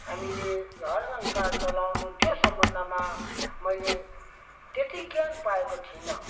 हामीले घर संसार चलाउनु त्यो सम्बन्धमा मैले त्यति ज्ञान पाएको थिइनँ